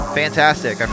fantastic